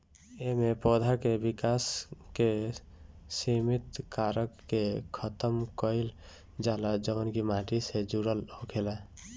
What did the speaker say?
एमे पौधा के विकास के सिमित कारक के खतम कईल जाला जवन की माटी से जुड़ल होखेला